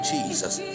Jesus